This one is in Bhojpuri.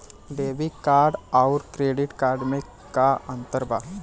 डेबिट कार्ड आउर क्रेडिट कार्ड मे का अंतर बा?